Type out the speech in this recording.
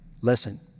Listen